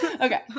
Okay